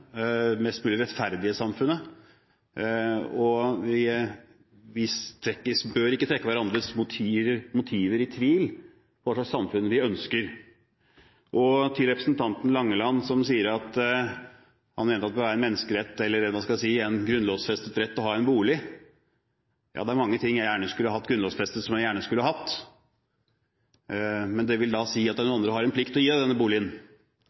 mest mulig rettferdige samfunnet. Vi bør ikke trekke hverandres motiver i tvil når det gjelder hva slags samfunn vi ønsker. Til representanten Langeland, som mente at det skulle være en grunnlovfestet rett å ha en bolig: Ja, det er mange ting jeg gjerne skulle hatt grunnlovfestet, og som jeg gjerne skulle hatt, men det vil da si at noen andre har en plikt til å gi deg denne boligen.